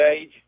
age